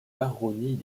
baronnies